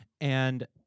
And-